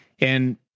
and-